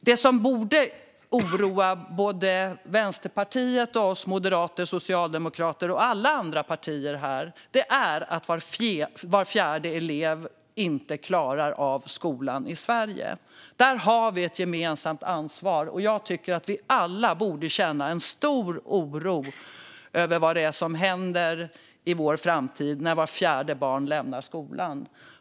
Det som borde oroa både Vänsterpartiet och oss moderater, liksom socialdemokrater och alla andra partier här, är att var fjärde elev inte klarar av skolan i Sverige. Där har vi ett gemensamt ansvar, och jag tycker att vi alla borde känna en stor oro över vad som händer i vår framtid när vart fjärde barn lämnar skolan.